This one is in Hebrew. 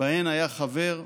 שבהן היה חבר,